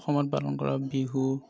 অসমত পালন কৰা বিহু